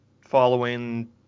following